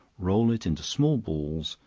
roll it into small balls,